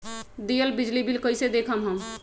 दियल बिजली बिल कइसे देखम हम?